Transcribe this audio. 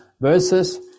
verses